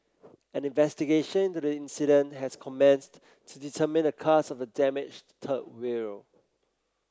an investigation into the incident has commenced to determine the cause of the damaged third rail